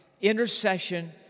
Intercession